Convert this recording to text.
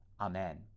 Amen